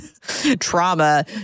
trauma